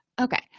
Okay